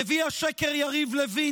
נביא השקר יריב לוין,